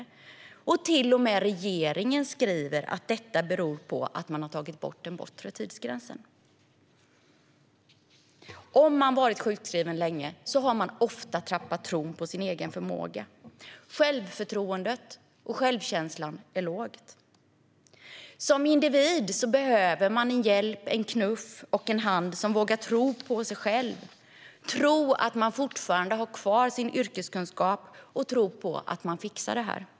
Till och med regeringen skriver att detta beror på att man har tagit bort den bortre tidsgränsen. Om man har varit sjukskriven en längre tid har man oftast tappat tron på sin egen förmåga. Självförtroendet och självkänslan är dåliga. Som individ behöver man en knuff och en hjälpande hand för att våga tro på sig själv, tro på att man fortfarande har kvar sin yrkeskunskap och tro på att man fixar detta.